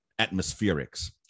atmospherics